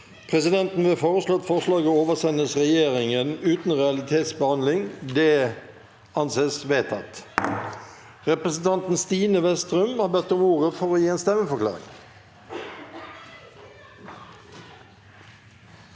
Presidenten vil foreslå at forslaget oversendes regjeringen uten realitetsvotering. – Det anses vedtatt. Representanten Stine Westrum har bedt om ordet for å gi en stemmeforklaring.